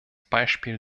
beispiel